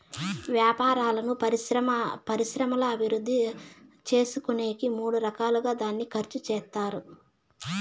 వ్యాపారాలను పరిశ్రమల అభివృద్ధి చేసుకునేకి మూడు రకాలుగా దాన్ని ఖర్చు చేత్తారు